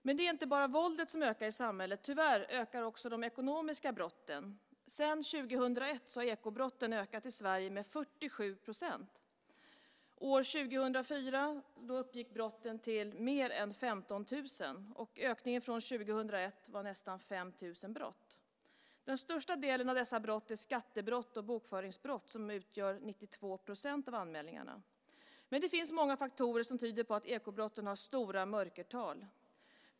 Men det är inte bara våldet som ökar i samhället. Tyvärr ökar också de ekonomiska brotten. Sedan 2001 har ekobrotten ökat i Sverige med 47 %. År 2004 uppgick brotten till mer än 15 000, och ökningen från 2001 var nästan 5 000 brott. Den största delen av dessa brott är skattebrott och bokföringsbrott, som utgör 92 % av anmälningarna. Men det finns många faktorer som tyder på att ekobrotten har stora mörkertal.